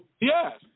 Yes